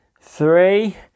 three